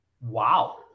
Wow